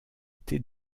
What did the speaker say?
été